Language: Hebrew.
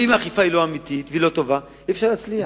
ואם האכיפה לא אמיתית ולא טובה, אי-אפשר להצליח.